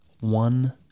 one